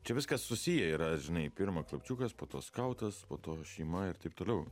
čia viskas susiję yra žinai pirma klapčiukas po to skautas po to šeima ir taip toliau